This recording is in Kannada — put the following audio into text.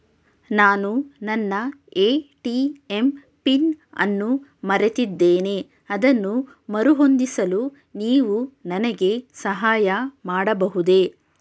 ನಾನು ನನ್ನ ಎ.ಟಿ.ಎಂ ಪಿನ್ ಅನ್ನು ಮರೆತಿದ್ದೇನೆ ಅದನ್ನು ಮರುಹೊಂದಿಸಲು ನೀವು ನನಗೆ ಸಹಾಯ ಮಾಡಬಹುದೇ?